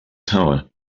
tower